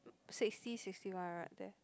sixty sixty one right there